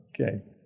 Okay